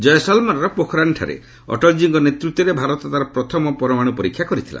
ଜୟସଲମର୍ର ପୋଖରାନ୍ଠାରେ ଅଟଳଜୀଙ୍କ ନେତୃତ୍ୱରେ ଭାରତ ତାର ପ୍ରଥମ ପରମାଣୁ ପରୀକ୍ଷା କରିଥିଲା